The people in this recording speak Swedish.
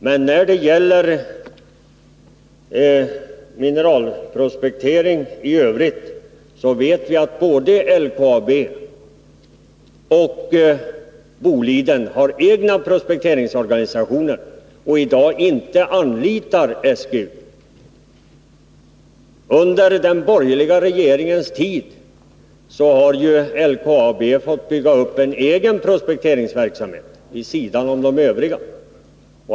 Men när det gäller mineralprospektering i övrigt så vet vi att både LKAB och Boliden har egna prospekteringsorganisationer. Under den borgerliga regeringens tid har LKAB fått bygga upp en egen prospekteringsverksamhet vid sidan av de övriga.